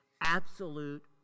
absolute